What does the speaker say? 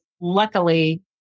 luckily